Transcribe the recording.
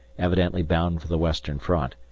evidently bound for the western front,